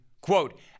Quote